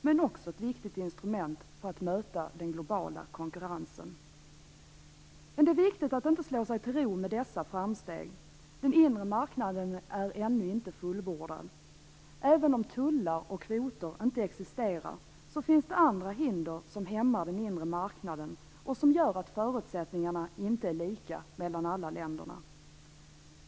Det är också ett viktigt instrument för att möta den globala konkurrensen. Men det är viktigt att inte slå sig till ro med dessa framsteg. Den inre marknaden är ännu inte fullbordad. Även om tullar och kvoter inte existerar, finns det andra hinder som hämmar den inre marknaden och som gör att förutsättningarna inte är lika mellan alla länder.